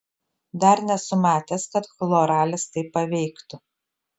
dar nesu matęs kad chloralis taip paveiktų